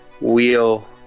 Wheel